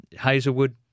Hazelwood